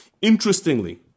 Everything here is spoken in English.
Interestingly